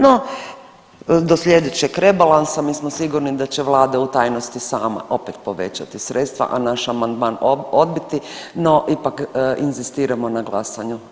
No, do slijedećeg rebalansa mi smo sigurni da će vlada u tajnosti sama opet povećati sredstva, a naš amandman odbiti, no ipak inzistiramo na glasovanju.